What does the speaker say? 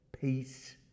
peace